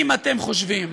אם אתם חושבים